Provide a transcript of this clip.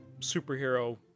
superhero